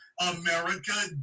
America